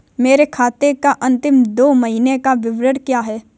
मेरे खाते का अंतिम दो महीने का विवरण क्या है?